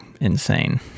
insane